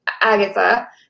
Agatha